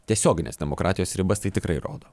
tiesioginės demokratijos ribas tai tikrai rodo